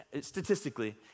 statistically